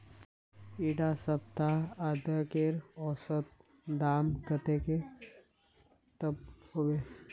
इडा सप्ताह अदरकेर औसतन दाम कतेक तक होबे?